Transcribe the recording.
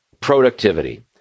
productivity